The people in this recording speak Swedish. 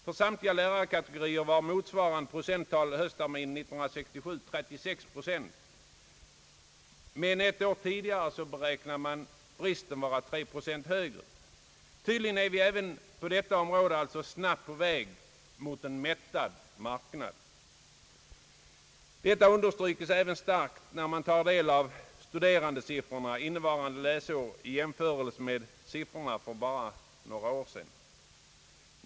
För samtliga lärarkategorier var höstterminen 1967 motsvarande procenttal 36, men ett år tidigare beräknades bristen vara 3 procent högre. Tydligen är vi alltså på detta område snabbt på väg mot en mättad marknad. Detta understrykes även starkt när man tar del av studerandesiffrorna innevarande läsår i jämförelse med siffrorna för bara några år sedan.